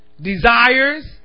desires